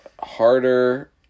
harder